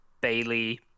Bailey